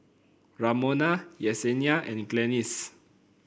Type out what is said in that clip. Ramona Yesenia and Glennis